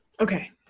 okay